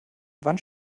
wann